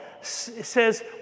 says